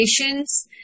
patients